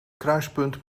kruispunt